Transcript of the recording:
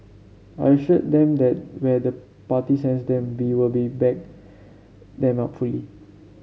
I assured them that where the party sends them be we'll be back them up fully